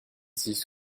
six